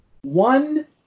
one